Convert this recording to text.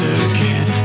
again